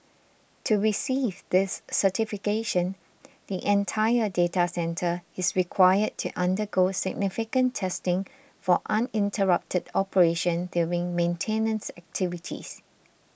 to receive this certification the entire data centre is required to undergo significant testing for uninterrupted operation during maintenance activities